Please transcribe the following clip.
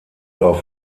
auf